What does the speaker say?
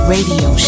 Radio